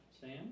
Sam